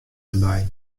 derby